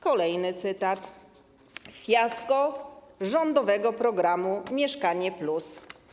Kolejny cytat: Fiasko rządowego programu ˝Mieszkanie+˝